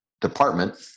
department